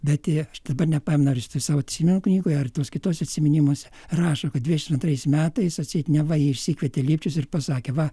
bet dabar nepamenu ar jis savo atsiminimų knygoje ar tuose kituose atsiminimuose rašo kad dvidešimt antrais metais atseit neva jį išsikvietė lipčius ir pasakė va